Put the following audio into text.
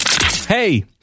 Hey